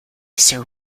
sir